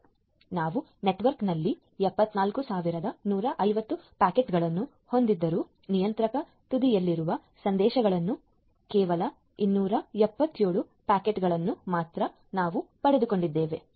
ಆದ್ದರಿಂದ ನಾವು ನೆಟ್ವರ್ಕ್ನಲ್ಲಿ 74150 ಪ್ಯಾಕೆಟ್ಗಳನ್ನು ಹೊಂದಿದ್ದರೂ ನಿಯಂತ್ರಕ ತುದಿಯಲ್ಲಿರುವ ಸಂದೇಶಗಳಲ್ಲಿ ಕೇವಲ 277 ಪ್ಯಾಕೆಟ್ಗಳನ್ನು ಮಾತ್ರ ನಾವು ಪಡೆದುಕೊಂಡಿದ್ದೇವೆ